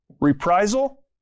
reprisal